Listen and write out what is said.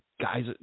guys